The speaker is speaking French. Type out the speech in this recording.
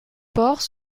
ports